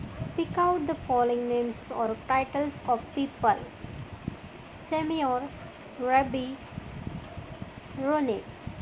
speak out the following names or titles of people Seymour Reby Ronnie